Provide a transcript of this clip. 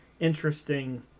interesting